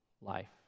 life